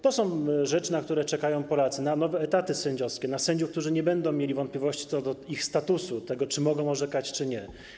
To są rzeczy, na które czekają Polacy, na nowe etaty sędziowskie, na sędziów, którzy nie będą mieli wątpliwości co do ich statusu, tego, czy mogą orzekać, czy nie.